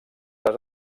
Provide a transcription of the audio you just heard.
les